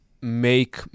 make